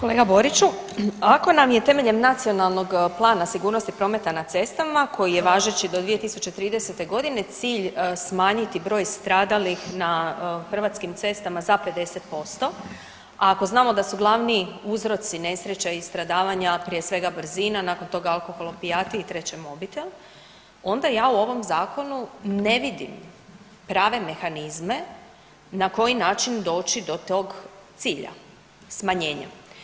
Kolega Boriću, ako nam je temeljem Nacionalnog plana sigurnosti prometa na cestama koji je važeći do 2030. godine cilj smanjiti broj stradalih na hrvatskim cestama za 50%, a ako znamo da su glavni uzroci nesreća i stradavanja prije svega brzina, nakon toga alkohol, opijati i treće mobitel onda ja u ovom zakonu ne vidim prave mehanizme na koji način doći do tog cilja smanjenja.